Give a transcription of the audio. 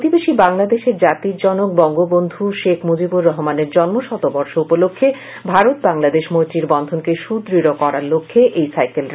প্রতিবেশী বাংলাদেশের জাতির জনক বঙ্গবন্ধু শেখ মুজিবুর রহমানের জন্ম শতবর্ষ উপলক্ষ্যে ভারত বাংলাদেশ মৈত্রীর বন্ধনকে সুদৃঢ় করার লক্ষ্যে এই সাইকেল রেলি